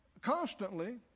constantly